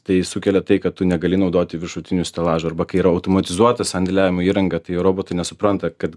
tai sukelia tai kad tu negali naudoti viršutinių stelažų arba kai yra automatizuota sandėliavimo įranga tai robotai nesupranta kad